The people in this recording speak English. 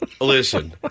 listen